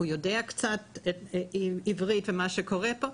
הוא יודע קצת עברית ומה קורה פה,